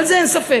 בזה אין ספק.